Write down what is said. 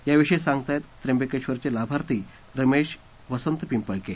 याविषयी सांगतायत त्र्यंबकेश्वरचे लाभार्थी रमेश वसंत पिंपळके